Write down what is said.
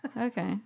Okay